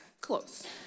close